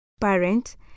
Parent